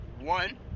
one